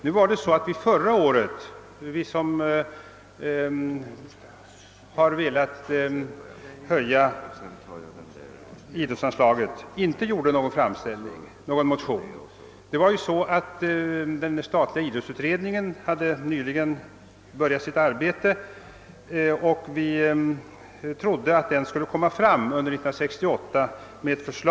Men förra året väckte vi som legat i täten för höjning av idrottsanslaget inte någon motion. Den statliga idrottsutredningen hade nyligen börjat sitt arbete, och vi trodde att den skulle framlägga ett förslag under 1968.